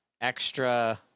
extra